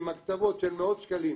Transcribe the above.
עם הקצבות של מאות שקלים,